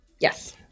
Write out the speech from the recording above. yes